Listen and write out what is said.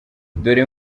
dore